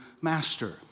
master